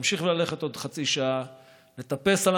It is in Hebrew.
להמשיך ללכת עוד חצי שעה,